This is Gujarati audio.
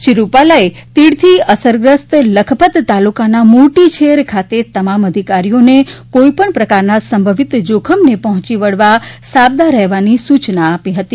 શ્રી રૂપાલાએ તીડથી અસરગ્રસ્ત લખપત તાલુકાના મોટી છેર ખાતે તમામ અધિકારીઓને કોઇપણ પ્રકારના સંભવિત ોખમને પહોંચી વળવા સાબદા રહેવા સૂચના આપી હતી